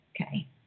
Okay